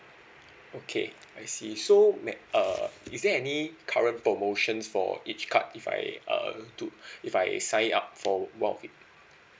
okay I see so may uh is there any current promotions for each card if I uh to if I sign up for one of it